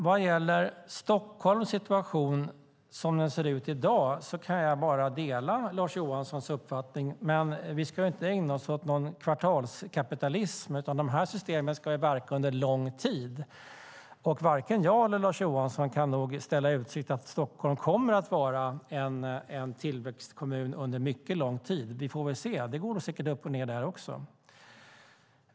Vad gäller Stockholms situation, som den ser ut i dag, kan jag bara dela Lars Johanssons uppfattning. Men vi ska inte ägna oss åt någon kvartalskapitalism, utan de här systemen ska ju verka under lång tid. Och varken jag eller Lars Johansson kan nog ställa i utsikt att Stockholm kommer att vara en tillväxtkommun under mycket lång tid. Vi får väl se. Det går nog säkert upp och ned där också.